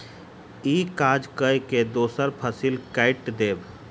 ई काज कय के दोसर फसिल कैट देब